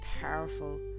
powerful